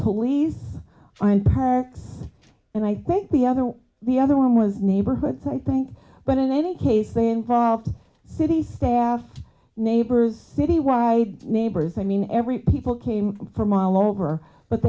police are in parks and i think the other the other one was neighborhood so i think but in any case they involved city staff neighbors city wide neighbors i mean every people came from all over but